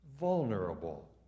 vulnerable